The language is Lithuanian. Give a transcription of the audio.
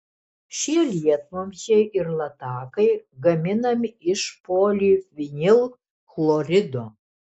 šie lietvamzdžiai ir latakai gaminami iš polivinilchlorido